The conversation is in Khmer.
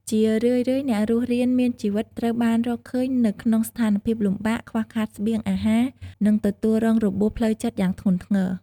ជារឿយៗ អ្នករស់រានមានជីវិតត្រូវបានរកឃើញនៅក្នុងស្ថានភាពលំបាក ខ្វះខាតស្បៀងអាហារ និងទទួលរងរបួសផ្លូវចិត្តយ៉ាងធ្ងន់ធ្ងរ។